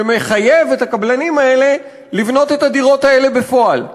שמחייב את הקבלנים האלה לבנות את הדירות האלה בפועל.